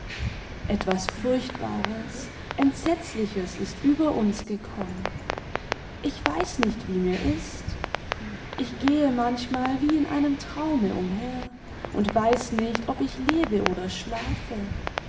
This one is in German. etwas furchtbares entsetzliches ist über uns gekommen ich weiß nicht wie mir ist ich gehe manchmal wie in einem traume umher und weiß nicht ob ich lebe oder schlafe